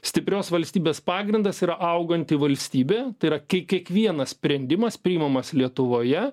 stiprios valstybės pagrindas yra auganti valstybė tai yra kai kiekvienas sprendimas priimamas lietuvoje